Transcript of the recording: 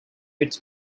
its